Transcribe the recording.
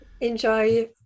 enjoy